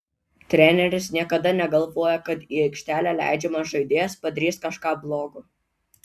treneris niekada negalvoja kad į aikštelę leidžiamas žaidėjas padarys kažką blogo